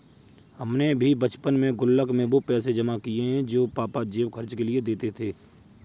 हमने भी बचपन में गुल्लक में वो पैसे जमा किये हैं जो पापा जेब खर्च के लिए देते थे